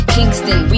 Kingston